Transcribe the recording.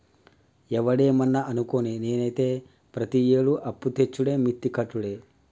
ఒవడేమన్నా అనుకోని, నేనైతే ప్రతియేడూ అప్పుతెచ్చుడే మిత్తి కట్టుడే